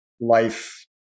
life